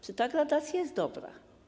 Czy ta gradacja jest dobra?